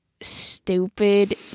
stupid